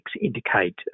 indicate